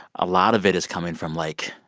a lot of it is coming from, like,